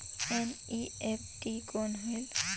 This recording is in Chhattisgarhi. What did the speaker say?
एन.ई.एफ.टी कौन होएल?